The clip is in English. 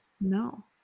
No